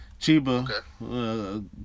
Chiba